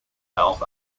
health